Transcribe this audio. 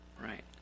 Right